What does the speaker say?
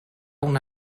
una